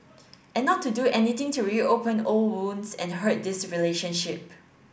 and not to do anything to reopen old wounds and hurt this relationship